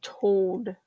told